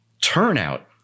turnout